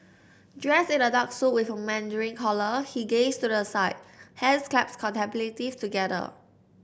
dressed in a dark suit with a mandarin collar he gazed to the side hands clasped contemplatively together